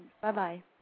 Bye-bye